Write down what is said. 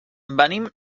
venim